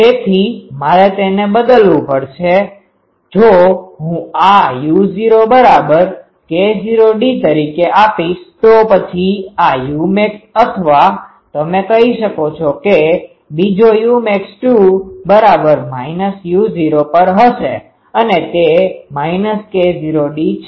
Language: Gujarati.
તેથી મારે તેને બદલવું પડશે જો હું આ u0k0d તરીકે આપીશ તો પછી આ umax અથવા તમે કહી શકો કે બીજો umax2 u0 પર હશે અને તે k0d છે